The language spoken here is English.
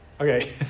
Okay